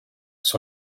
sur